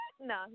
No